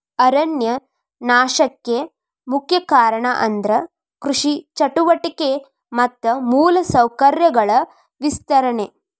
ಅರಣ್ಯ ನಾಶಕ್ಕೆ ಮುಖ್ಯ ಕಾರಣ ಅಂದ್ರ ಕೃಷಿ ಚಟುವಟಿಕೆ ಮತ್ತ ಮೂಲ ಸೌಕರ್ಯಗಳ ವಿಸ್ತರಣೆ